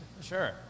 Sure